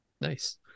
Nice